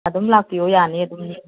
ꯑꯗꯨꯝ ꯂꯥꯛꯄꯤꯌꯨ ꯌꯥꯅꯤ ꯑꯗꯨꯝ